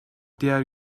diğer